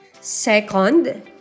Second